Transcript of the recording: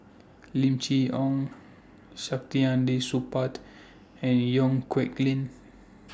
Lim Chee Onn Saktiandi Supaat and Yong Nyuk Lin